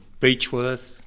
Beechworth